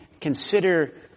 consider